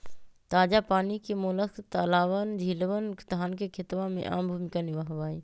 ताजा पानी के मोलस्क तालाबअन, झीलवन, धान के खेतवा में आम भूमिका निभावा हई